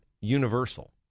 universal